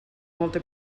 molta